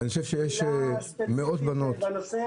מאות בנות,